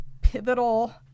pivotal